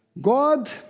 God